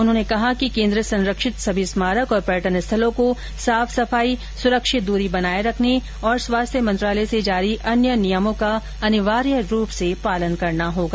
उन्होंने कहा कि केन्द्र संरक्षित सभी स्मारक और पर्यटन स्थलों को साफ सफाई सुरक्षित दूरी बनाये रखने और स्वास्थ्य मंत्रालय से जारी अन्य नियमों का अनिवार्य रूप से पालन करना होगा